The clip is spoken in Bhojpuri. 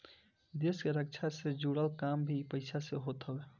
देस के रक्षा से जुड़ल काम भी इ पईसा से होत हअ